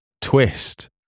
twist